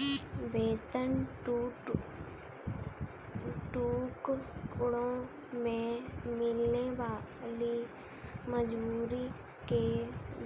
वेतन टुकड़ों में मिलने वाली मजदूरी के